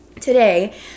today